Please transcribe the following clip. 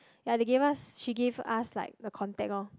ya they gave us she gave us like the contact lor